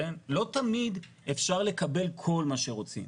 לא תמיד אפשר לקבל כל מה שרוצים.